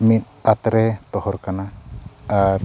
ᱢᱤᱫ ᱟᱛᱨᱮ ᱛᱚᱦᱚᱨ ᱠᱟᱱᱟ ᱟᱨ